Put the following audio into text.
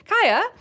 Kaya